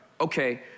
okay